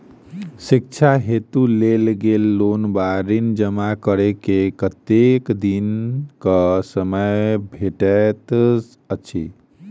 शिक्षा हेतु लेल गेल लोन वा ऋण जमा करै केँ कतेक दिनक समय भेटैत अछि?